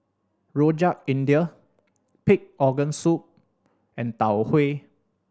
Rojak India pig organ soup and Tau Huay